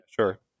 sure